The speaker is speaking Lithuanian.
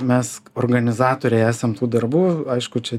mes organizatoriai esam tų darbų aišku čia